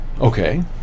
Okay